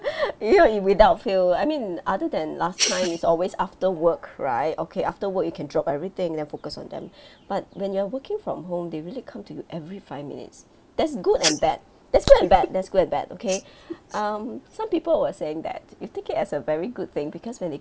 you know i~ without fail I mean other than last time is always after work right okay after work you can drop everything and then focus on them but when you're working from home they really come to you every five minutes there's good and bad there's good and bad there's good and bad okay um some people were saying that you take it as a very good thing because when they